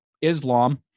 Islam